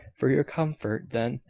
for your comfort, then,